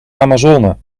amazone